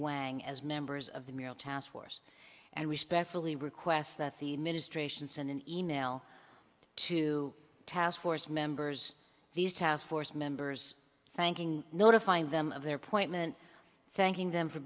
way as members of the male task force and respectfully request that the administration send an e mail to task force members these task force members thanking notifying them of their point moment thanking them for